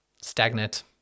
stagnant